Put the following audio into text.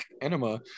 Enema